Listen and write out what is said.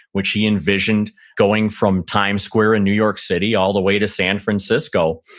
which he envisioned going from times square in new york city all the way to san francisco.